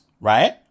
right